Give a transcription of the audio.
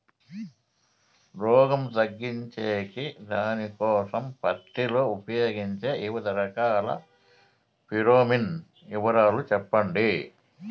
రోగం తగ్గించేకి దానికోసం పత్తి లో ఉపయోగించే వివిధ రకాల ఫిరోమిన్ వివరాలు సెప్పండి